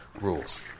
rules